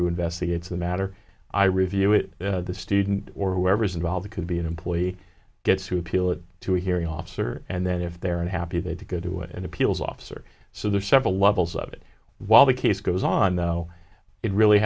who investigates the matter i review it the student or whoever's involved could be an employee gets to appeal it to a hearing officer and then if they're unhappy they to go to and appeals officer so there are several levels of it while the case goes on though it really